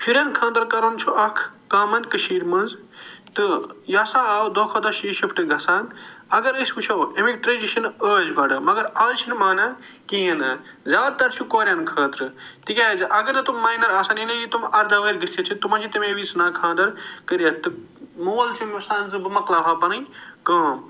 شُرٮ۪ن خانٛدر کَرُن چھُ اکھ کامن کٔشیٖرِ منٛز تہٕ یہِ سا آو دۄہ کھۄ دۄہ چھِ یہِ شِفٹ گَژھان اگر أسۍ وٕچھو اَمِکۍ ٹرٛیڈِشن ٲسۍ گۄڈٕ مگر آز چھِنہٕ مانان کِہیٖنۍ نہٕ زیادٕ تر چھُ کورٮ۪ن خٲطرٕ تِکیٛازِ اگر نہٕ تِم ماینَر آسَن یعنی یہِ تِم ارداہ ؤہٕر گٔژھِتھ چھِ تِمن چھِ تَمے وِزِ ژھٕنان خانٛدر کٔرِتھ تہٕ مول چھُ یَژھان زِ بہٕ مکلاوہا پنٕنۍ کٲم